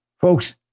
Folks